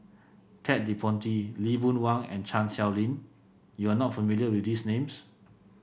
Ted De Ponti Lee Boon Wang and Chan Sow Lin you are not familiar with these names